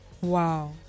Wow